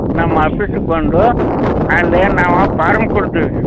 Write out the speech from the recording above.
ನಮ್ಮ ಆಪೀಸಿಗೆ ಬಂದು ಅಲ್ಲಿ ನಾವು ಪಾರಮ್ ಕೊಡ್ತೀವಿ